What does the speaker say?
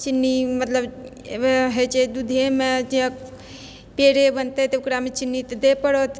चिन्नी मतलब एहिमे होइ छै दूधेमे जँ पेड़े बनतै तऽ ओकरामे चिन्नी तऽ देैए पड़त